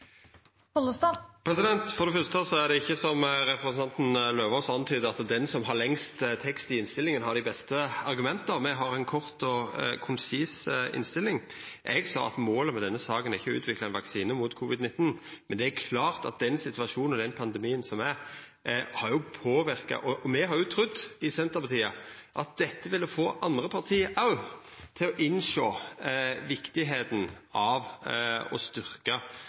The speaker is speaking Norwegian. det ikkje slik, som representanten Eidem Løvaas antyder, at han som har lengst tekst i innstillinga, har dei beste argumenta. Me har ei kort og konsis innstilling. Eg sa at målet med denne saka ikkje er å utvikla ein vaksine mot covid-19, men det er klart at den situasjonen og den pandemien som er, har påverka. Me i Senterpartiet har trudd at dette ville få andre parti òg til å innsjå kor viktig det er å